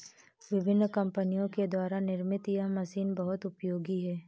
विभिन्न कम्पनियों के द्वारा निर्मित यह मशीन बहुत उपयोगी है